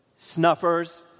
Snuffers